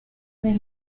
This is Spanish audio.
del